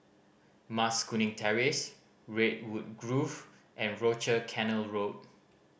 Mas Kuning Terrace Redwood Grove and Rochor Canal Road